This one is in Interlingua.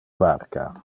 barca